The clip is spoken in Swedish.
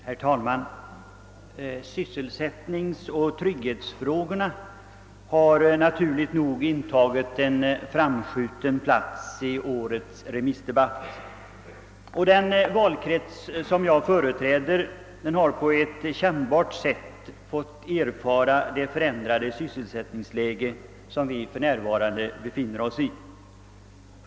Herr talman! Sysselsättningsoch trygghetsfrågorna har naturligt nog intagit en framskjuten plats i årets remissdebatt, och den valkrets som jag företräder har på ett kännbart sätt fått erfara det förändrade sysselsättningsläge som vi för närvarande befinner oss i.